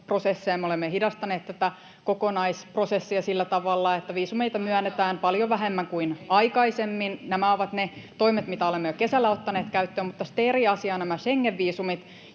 me olemme hidastaneet tätä kokonaisprosessia sillä tavalla, että viisumeita myönnetään paljon vähemmän kuin aikaisemmin. Nämä ovat ne toimet, mitä olemme jo kesällä ottaneet käyttöön. Mutta sitten eri asia on nämä Schengen-viisumit,